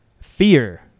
Fear